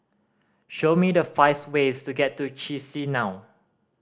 show me the five ways to get to Chisinau